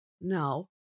no